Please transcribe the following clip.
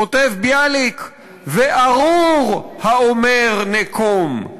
כותב ביאליק "ארור האומר: נקום!",